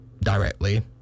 directly